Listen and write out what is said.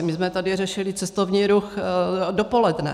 My jsme tady řešili cestovní ruch dopoledne.